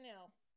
else